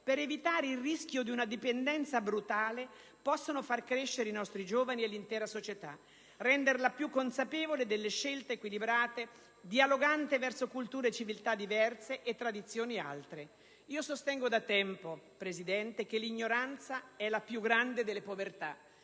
per evitare il rischio di una dipendenza brutale, possono far crescere i nostri giovani e l'intera società, renderla più consapevole delle scelte equilibrate, dialogante verso culture e civiltà diverse e tradizioni altre. Sostengo da tempo, Presidente, che l'ignoranza è la più grande delle povertà